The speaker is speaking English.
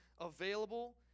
available